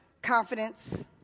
Confidence